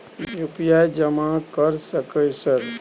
UPI जमा कर सके सर?